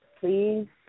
please